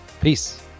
peace